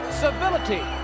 civility